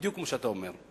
בדיוק כפי שאתה אומר.